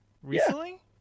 Recently